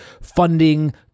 funding